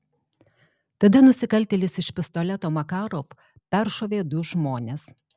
tada nusikaltėlis iš pistoleto makarov peršovė du žmones